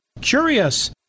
curious